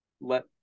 let